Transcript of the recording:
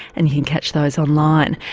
and you can catch those online.